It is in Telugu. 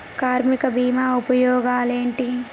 కార్మిక బీమా ఉపయోగాలేంటి?